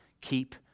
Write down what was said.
keep